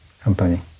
company